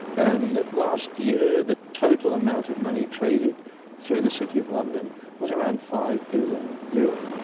and last year the total amount of money traded through the city of london was around five billion euro.